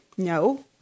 No